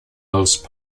most